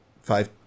five